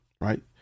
right